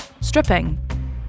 Stripping